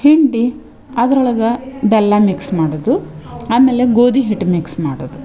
ಹಿಂಡಿ ಅದರೊಳಗ ಬೆಲ್ಲ ಮಿಕ್ಸ್ ಮಾಡೋದು ಆಮೇಲೆ ಗೋದಿ ಹಿಟ್ಟು ಮಿಕ್ಸ್ ಮಾಡೋದು